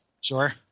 Sure